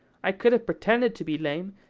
i could have pretended to be lame,